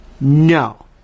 No